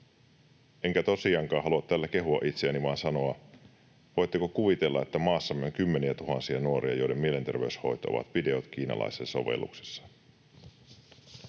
Enkä tosiaankaan halua tällä kehua itseäni vaan sanoa: voitteko kuvitella, että maassamme on kymmeniätuhansia nuoria, joiden mielenterveyshoito ovat videot kiinalaisessa sovelluksessa?